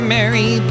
Mary